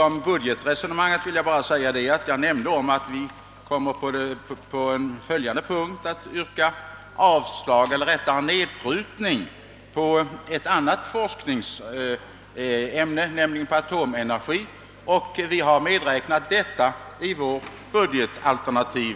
Vad budgetresonemanget angår vill jag bara säga att vi på en senare punkt i utskottets betänkande har yrkat på en nedprutning av ett annat forskningsanslag, nämligen när det gäller atomenergiverksamheten inom Aktiebolaget Atomenergi. Vi har täckning för den begärda summan i vårt budgetalternativ.